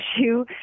issue